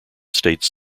states